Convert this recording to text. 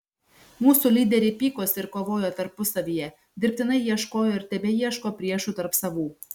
mūsų lyderiai pykosi ir kovojo tarpusavyje dirbtinai ieškojo ir tebeieško priešų tarp savų